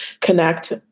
connect